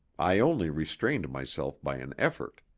i only restrained myself by an effort.